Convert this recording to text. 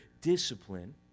discipline